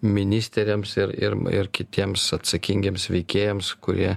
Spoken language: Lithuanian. ministeriams ir ir ir kitiems atsakingiems veikėjams kurie